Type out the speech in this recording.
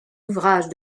ouvrages